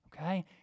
Okay